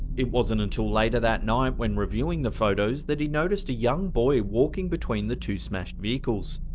it wasn't until later that night when reviewing the photos that he noticed a young boy walking between the two smashed vehicles.